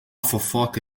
fofoca